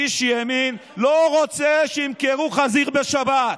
איש ימין לא רוצה שימכרו חזיר בשבת.